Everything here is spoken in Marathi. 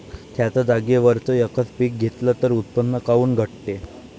थ्याच जागेवर यकच पीक घेतलं त उत्पन्न काऊन घटते?